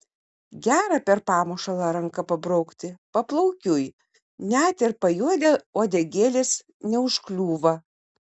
gera per pamušalą ranka pabraukti paplaukiui net ir pajuodę uodegėlės neužkliūva